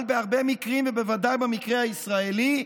אבל בהרבה מקרים, ובוודאי במקרה הישראלי,